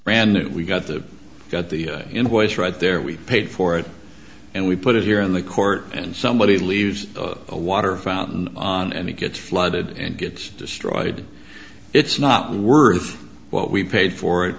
new we got the got the invoice right there we paid for it and we put it here in the court and somebody leaves a water fountain on and it gets flooded and gets destroyed it's not worth what we paid for it